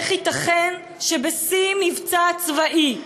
איך ייתכן שבשיא מבצע צבאי,